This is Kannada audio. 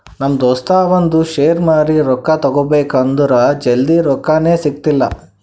ನಮ್ ದೋಸ್ತ ಅವಂದ್ ಶೇರ್ ಮಾರಿ ರೊಕ್ಕಾ ತಗೋಬೇಕ್ ಅಂದುರ್ ಜಲ್ದಿ ರೊಕ್ಕಾನೇ ಸಿಗ್ತಾಯಿಲ್ಲ